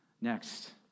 Next